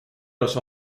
los